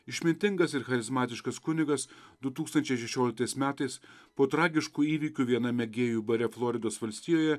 išmintingas ir charizmatiškas kunigas du tūkstančiai šešioliktais metais po tragiškų įvykių viename gėjų bare floridos valstijoje